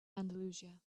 andalusia